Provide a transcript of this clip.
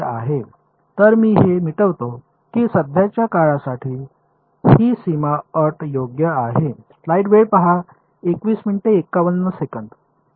तर मी हे मिटवतो की सध्याच्या काळासाठी ही सीमा अट योग्य आहे